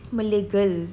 malay girl